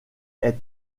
est